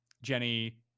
Jenny